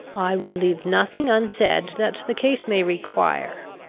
i will leave nothing unsaid that the case may require.